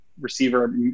receiver